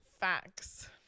Facts